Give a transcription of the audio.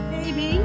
Baby